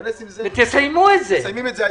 תסיימו את זה.